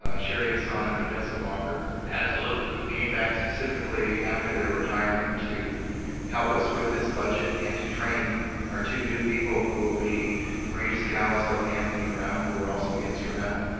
sherry hassan and odessa walker. absolutely. who came back specifically after their retirement to help us with this budget and to train our two new people who will be maria descalzo and anthony brown who are also instrumental.